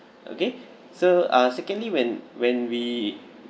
okay so uh secondly when when we